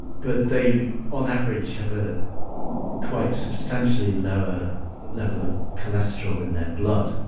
but they on average have a quite substantially lower level of cholesterol in their blood.